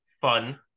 fun